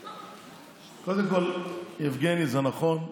קודם כול, יבגני, זה נכון.